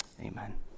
amen